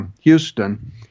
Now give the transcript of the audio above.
Houston